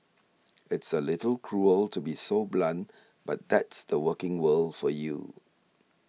it's a little cruel to be so blunt but that's the working world for you